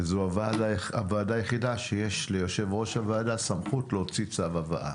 וזו הוועדה היחידה שבה יש ליושב-ראש הוועדה סמכות להוציא צו הבאה.